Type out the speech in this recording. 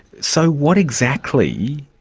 so what exactly,